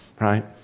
Right